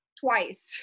twice